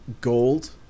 gold